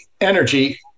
energy